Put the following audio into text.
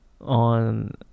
on